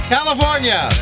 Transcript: California